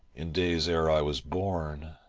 in days ere i was born.